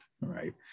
right